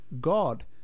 God